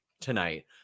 tonight